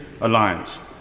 alliance